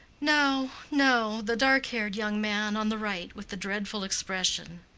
no, no the dark-haired young man on the right with the dreadful expression.